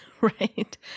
Right